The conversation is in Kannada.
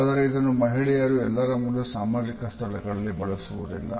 ಆದರೆ ಇದನ್ನು ಮಹಿಳೆಯರು ಎಲ್ಲರ ಮುಂದೆ ಸಾಮಾಜಿಕ ಸ್ಥಳಗಳಲ್ಲಿ ಬಳಸುವುದಿಲ್ಲ